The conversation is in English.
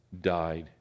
died